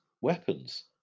weapons